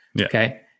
Okay